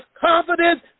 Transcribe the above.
confidence